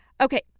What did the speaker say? okay